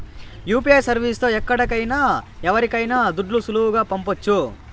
UPI service తో ఎక్కడికైనా ఎవరికైనా దుడ్లు సులువుగా పంపొచ్చు